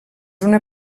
una